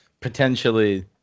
potentially